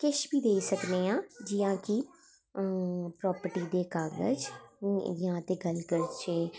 किश बी देई सकनें आं जियां कि प्रापर्टी दे कागज़ जां ते गल्ल करचै